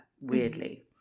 weirdly